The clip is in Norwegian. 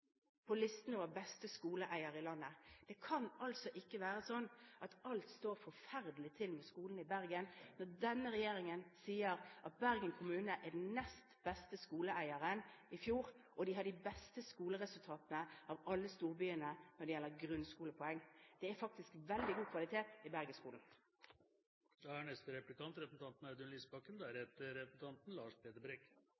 på listen over beste skoleeier i landet. Det kan altså ikke være slik at alt står så forferdelig til med skolen i Bergen når denne regjeringen sier at Bergen kommune var den nest beste skoleeieren i fjor, og de har de beste skoleresultatene av alle storbyene når det gjelder grunnskolepoeng. Det er faktisk veldig god kvalitet i Bergen-skolen! Ydmykhet i møte med utfordringen i Europa er